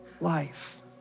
life